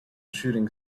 shooting